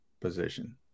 position